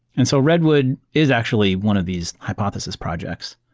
and so redwood is actually one of these hypothesis projects,